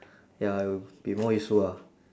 ya it would be more useful ah